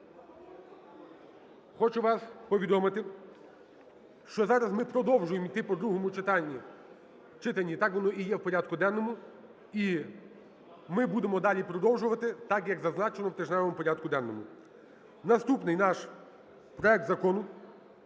Хочу вас повідомити, що зараз ми продовжуємо йти по другому читанні, так воно і в порядку денному, і ми будемо далі продовжувати так, як зазначено в тижневому порядку денному. Наступний наш проект закону,